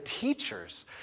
teachers